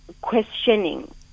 questioning